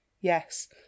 Yes